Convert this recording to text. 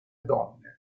donne